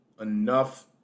enough